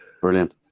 Brilliant